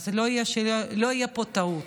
אז שלא תהיה פה טעות.